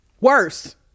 Worse